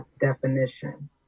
definition